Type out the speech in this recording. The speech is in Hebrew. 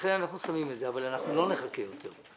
לכן אנחנו שמים את זה אבל אנחנו לא נחכה יותר.